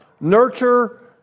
nurture